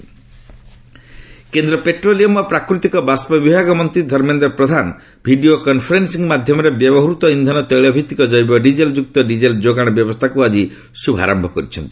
ଧର୍ମେନ୍ଦ୍ର ପ୍ରଧାନ କେନ୍ଦ୍ର ପେଟ୍ରୋଲିୟମ୍ ଓ ପ୍ରାକୃତିକ ବାଷ୍ପ ବିଭାଗ ମନ୍ତ୍ରୀ ଧର୍ମେନ୍ଦ୍ର ପ୍ରଧାନ ଭିଡ଼ିଓ କନ୍ଫରେନ୍ସିଂ ମାଧ୍ୟମରେ ବ୍ୟବହୃତ ଇନ୍ଧନ ତେିଳ ଭିଭିକ ଜୈବ ଡିଜେଲ୍ ଯୁକ୍ତ ଡିଜେଲ୍ ଯୋଗାଣ ବ୍ୟବସ୍ଥାକୁ ଆଜି ଶୁଭାରମ୍ଭ କରିଛନ୍ତି